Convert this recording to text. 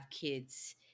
kids